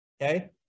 okay